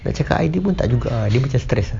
dia cakap idea pun tak juga ah dia macam stress ah